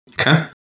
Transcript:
Okay